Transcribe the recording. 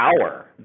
power